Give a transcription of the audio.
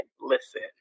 listen